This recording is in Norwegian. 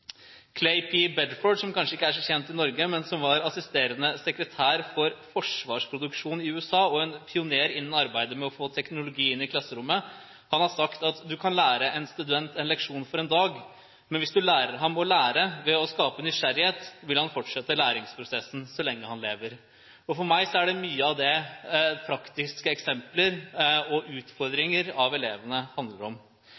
som kanskje ikke er så kjent i Norge, men som var assisterende sekretær for forsvarsproduksjonen i USA og en pioner innen arbeidet med å få teknologi inn i klasserommet, har sagt at du kan lære en student en leksjon om dagen, men hvis du lærer han å lære ved å skape nysgjerrighet, vil han fortsette læringsprosessen så lenge han lever. For meg handler dette mye om praktiske eksempler og